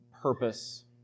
purpose